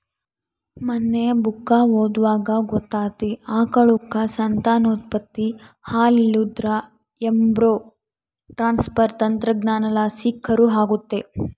ಮನ್ನೆ ಬುಕ್ಕ ಓದ್ವಾಗ ಗೊತ್ತಾತಿ, ಆಕಳುಕ್ಕ ಸಂತಾನೋತ್ಪತ್ತಿ ಆಲಿಲ್ಲುದ್ರ ಎಂಬ್ರೋ ಟ್ರಾನ್ಸ್ಪರ್ ತಂತ್ರಜ್ಞಾನಲಾಸಿ ಕರು ಆಗತ್ತೆ